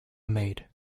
maid